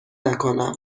نکنم